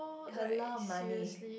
a lot of money